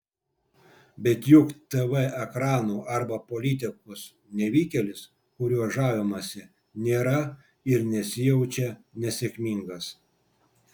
bet juk tv ekranų arba politikos nevykėlis kuriuo žavimasi nėra ir nesijaučia nesėkmingas